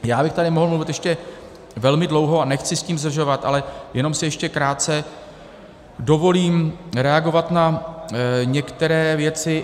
Mohl bych tady mluvit ještě velmi dlouho, a nechci s tím zdržovat, ale jenom si ještě krátce dovolím reagovat na některé věci.